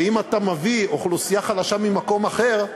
ואם אתה מביא אוכלוסייה חלשה ממקום אחר,